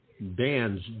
bands